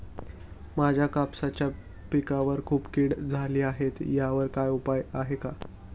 माझ्या कापसाच्या पिकावर खूप कीड झाली आहे यावर काय उपाय आहे का?